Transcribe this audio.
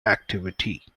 activity